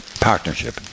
partnership